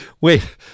wait